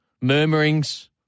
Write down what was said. murmurings